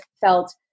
felt